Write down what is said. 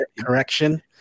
Correction